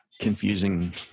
confusing